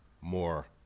more